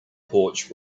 porch